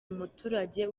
umuturage